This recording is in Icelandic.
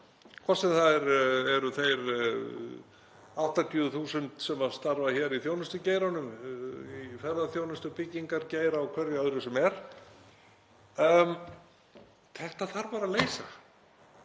hvort sem það eru þeir 80.000 sem starfa hér í þjónustugeiranum, í ferðaþjónustu, byggingargeira og hverju öðru sem er. Þetta þarf bara að leysa.